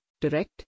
direct